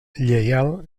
lleial